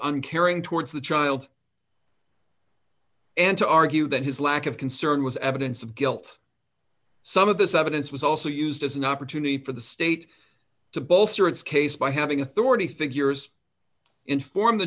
uncaring towards the child and to argue that his lack of concern was evidence of guilt some of this evidence was also used as an opportunity for the state to bolster its case by having authority figures inform the